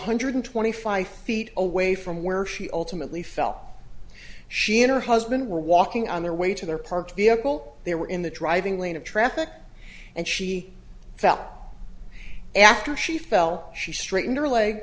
hundred twenty five feet away from where she ultimately fell she and her husband were walking on their way to their parked vehicle they were in the driving lane of traffic and she fell after she fell she straightened her leg